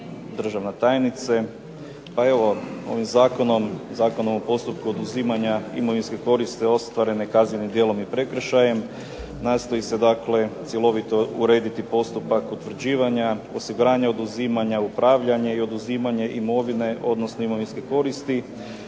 Pa evo ovim zakonom Zakona o postupku oduzimanja imovinske koristi ostvarene kaznenim djelom i prekršajem nastoji se dakle odrediti cjelovito urediti postupak utvrđivanja osiguranja, oduzimanja upravljanje, oduzimanje imovine odnosno imovinske koristi